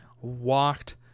walked